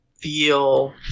feel